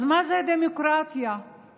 אז מה זו דמוקרטיה בשבילי,